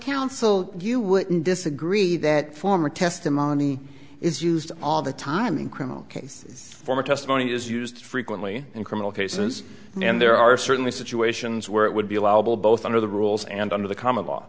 counsel you wouldn't disagree that former testimony is used all the time in criminal cases former testimony is used frequently in criminal cases and there are certainly situations where it would be allowable both under the rules and under the common law